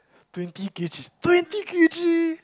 twenty K_G twenty K_G